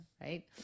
Right